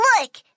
Look